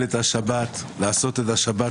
אני רוצה לשמוע